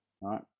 right